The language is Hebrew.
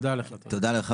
תודה לך.